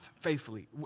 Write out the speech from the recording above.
faithfully